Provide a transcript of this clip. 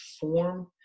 form